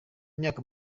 myaka